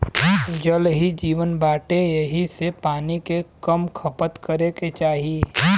जल ही जीवन बाटे एही से पानी के कम खपत करे के चाही